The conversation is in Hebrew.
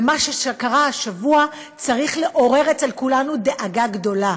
מה שקרה השבוע צריך לעורר אצל כולנו דאגה גדולה,